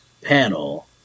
panel